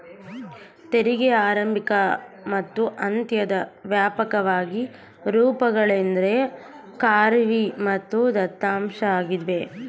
ತೆರಿಗೆಯ ಆರಂಭಿಕ ಮತ್ತು ಅತ್ಯಂತ ವ್ಯಾಪಕವಾದ ರೂಪಗಳೆಂದ್ರೆ ಖಾರ್ವಿ ಮತ್ತು ದತ್ತಾಂಶ ಆಗಿವೆ